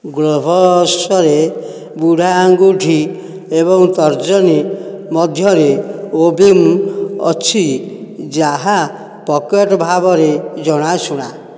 ଗ୍ଲୋଭସରେ ବୁଢା ଆଙ୍ଗୁଠି ଏବଂ ତର୍ଜନୀ ମଧ୍ୟରେ ୱେବିଙ୍ଗ୍ ଅଛି ଯାହା ପକେଟ ଭାବରେ ଜଣାଶୁଣା